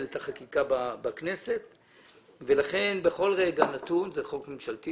את החקיקה בכנסת ולכן בכל רגע נתון זה חוק ממשלתי